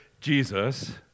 Jesus